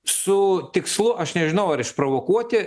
su tikslu aš nežinau ar išprovokuoti